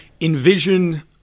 envision